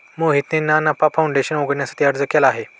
मोहितने ना नफा फाऊंडेशन उघडण्यासाठी अर्ज केला आहे